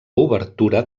obertura